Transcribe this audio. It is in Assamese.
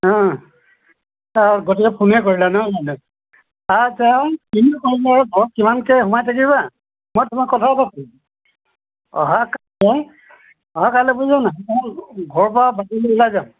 অঁ অঁ গতিকে ফোনে কৰিলে ন মানে আচ্ছা কিনো ক'ম আৰু ঘৰত কিমানকৈ সোমাই থাকিবা মই তোমাক কথাও পাতিম অহা অহা কাইলৈ বোলো মানুহজনক ঘৰৰপৰা বাহিৰলৈ ওলাই যাম